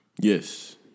Yes